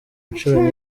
inshuro